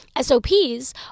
SOPs